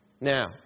Now